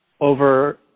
over